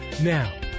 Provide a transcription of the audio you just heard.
Now